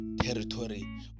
territory